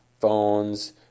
phones